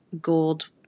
gold